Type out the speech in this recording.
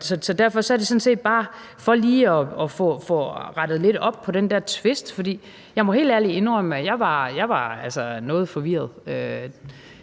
så derfor er det sådan set bare for lige at få rettet lidt op på den der tvist. Jeg må helt ærligt indrømme, at jeg altså var noget forvirret